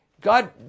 God